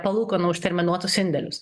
palūkanų už terminuotus indėlius